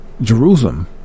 Jerusalem